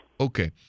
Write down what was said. Okay